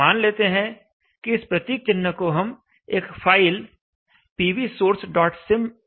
मान लेते हैं कि इस प्रतीक चिन्ह को हम एक फाइल PVsourcesym में लिखते हैं